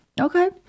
Okay